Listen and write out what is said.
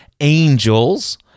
angels